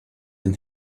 den